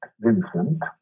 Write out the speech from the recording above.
Vincent